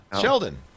Sheldon